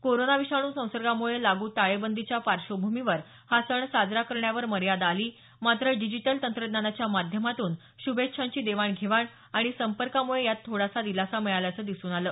corona विषाणू संसर्गामुळे लागू टाळेबंदीच्या पार्श्वभूमीवर हा सण साजरा करण्यावर मर्यादा आली मात्र डिजीटल तंत्रज्ञानाच्या माध्यमातून श्भेच्छांची देवाणघेवाण आणि संपर्कामुळे यात थोडासा दिलासा मिळाल्याचं दिसून आलं